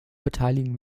beteiligen